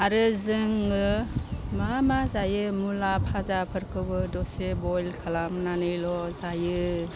आरो जोङो मा मा जायो मुला भाजाफोरखौबो दरसे बयल खालामनानैल' जायो